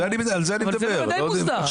זה די מוסדר.